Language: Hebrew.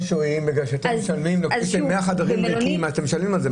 אם יש 100 חדרים ריקים אתם משלמים על זה.